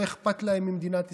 לא אכפת להם ממדינת ישראל.